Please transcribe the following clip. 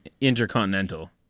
Intercontinental